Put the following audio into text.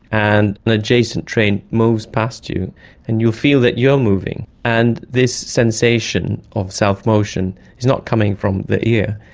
and an adjacent train moves past you and you'll feel that you are moving. and this sensation of self-motion is not coming from the ear,